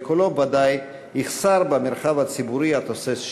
וקולו ודאי יחסר במרחב הציבורי התוסס שלנו.